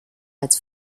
als